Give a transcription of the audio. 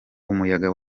umuyaga